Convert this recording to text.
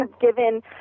given